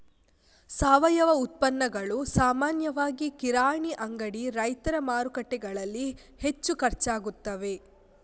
ಸಾವಯವ ಉತ್ಪನ್ನಗಳು ಸಾಮಾನ್ಯವಾಗಿ ಕಿರಾಣಿ ಅಂಗಡಿ, ರೈತರ ಮಾರುಕಟ್ಟೆಗಳಲ್ಲಿ ಹೆಚ್ಚು ಖರ್ಚಾಗುತ್ತವೆ